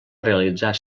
realitzar